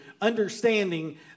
understanding